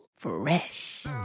fresh